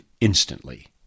instantly